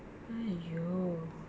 !aiyo!